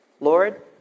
Lord